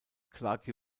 clarke